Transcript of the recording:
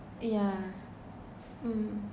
yeah mm